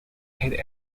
had